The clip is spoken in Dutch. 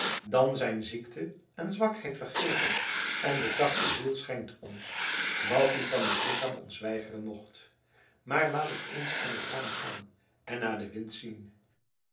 dan zijn ziekte en zwakheid vergeten en de kracht der ziel schenkt ons wat die van het lichaam ons weigeren mocht maar laat ik eens aan t raam gaan en naar den wind zien